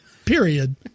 Period